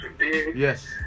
Yes